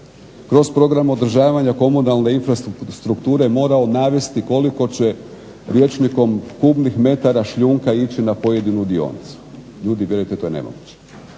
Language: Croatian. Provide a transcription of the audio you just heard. kroz Program održavanja komunalne infrastrukture morao navesti koliko će rječnikom kubnih metara šljunka ići na pojedinu dionicu. Ljudi vjerujte to je nemoguće.